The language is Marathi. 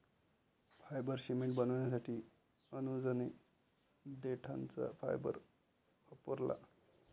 फायबर सिमेंट बनवण्यासाठी अनुजने देठाचा फायबर वापरला